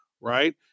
right